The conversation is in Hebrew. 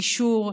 גישור,